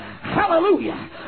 Hallelujah